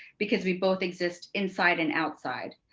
because we both exist inside and outside.